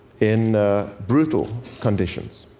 in brutal conditions.